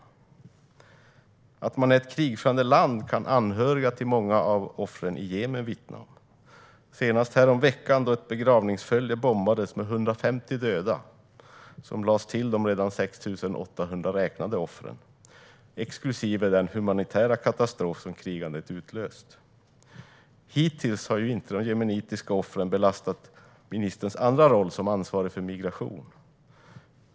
Att Saudiarabien är ett krigförande land kan anhöriga till många av offren i Jemen vittna om, senast häromveckan då ett begravningsfölje bombades med 150 döda som lades till de redan 6 800 räknade offren, exklusive den humanitära katastrof som krigandet utlöst. Hittills har dock inte de jemenitiska offren belastat ministerns andra roll som ansvarig för migration.